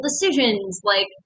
decisions—like